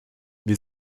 wir